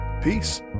peace